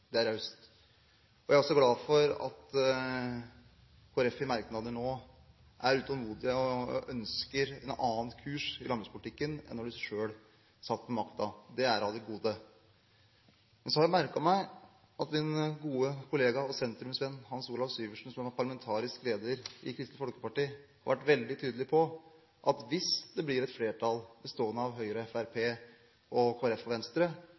Det er raust. Jeg er også glad for at Kristelig Folkeparti i merknader nå er utålmodig og ønsker en annen kurs i landbrukspolitikken enn da de selv satt ved makten. Det er av det gode. Så har jeg merket meg at min gode kollega og sentrumsvenn Hans Olav Syversen, som er parlamentarisk leder i Kristelig Folkeparti, har vært veldig tydelig på at hvis det blir et flertall bestående av Høyre, Fremskrittspartiet, Kristelig Folkeparti og Venstre,